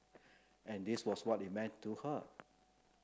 and this was what it meant to her